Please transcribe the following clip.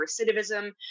recidivism